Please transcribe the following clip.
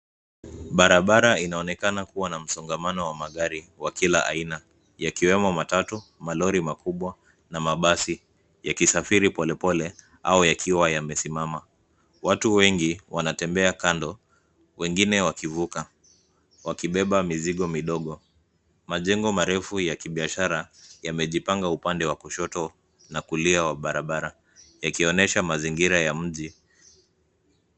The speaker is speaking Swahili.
Barabara inaonekana kuwa na msongamano wa magari ya kila aina. Yakiwemo matatu, malori makubwa na mabasi yakisafiri polepole au yakiwa wamesimama. Watunwengi wanatembea kando wengine akivuka, wakibeba mizigo kidogo. Majengo marefu ya kibiashara yamejipanga upande wa kushoto na kulia wa barabara yakionyesha mazingira ya mji.